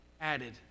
added